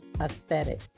aesthetic